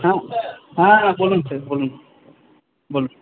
হ্যাঁ বলুন স্যার বলুন বলুন